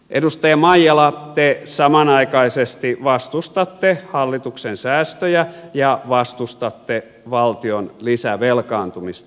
edustaja maijala te samanaikaisesti vastustatte hallituksen säästöjä ja vastustatte valtion lisävelkaantumista